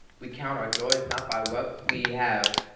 we count our joys not by what we have,